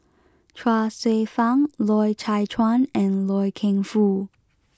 Chuang Hsueh Fang Loy Chye Chuan and Loy Keng Foo